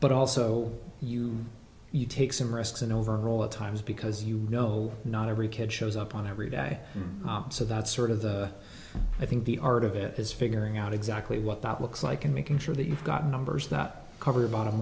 but also you you take some risks and overall at times because you know not every kid shows up on every day so that's sort of the i think the art of it is figuring out exactly what that looks like and making sure that you've got numbers that cover the bottom